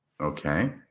Okay